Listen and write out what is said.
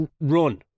run